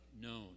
known